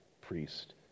priest